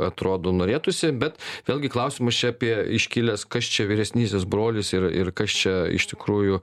atrodo norėtųsi bet vėlgi klausimas čia apie iškilęs kas čia vyresnysis brolis ir ir kas čia iš tikrųjų